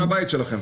עיתון הבית שלכם.